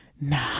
nah